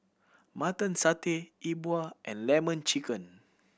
Mutton Satay E Bua and Lemon Chicken